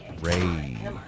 Ray